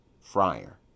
Friar